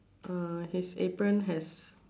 uh his apron has